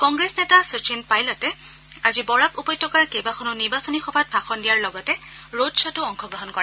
কংগ্ৰেছ নেতা শচীন পাইলটে আজি বৰাক উপত্যকাৰ কেইবাখনো নিৰ্বাচনী সভাত ভাষণ দিয়াৰ লগতে ৰোডয়'তো অংশগ্ৰহণ কৰে